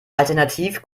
alternativ